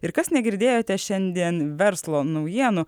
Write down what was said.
ir kas negirdėjote šiandien verslo naujienų